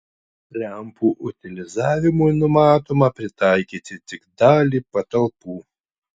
lempų utilizavimui numatoma pritaikyti tik dalį patalpų